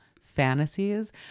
fantasies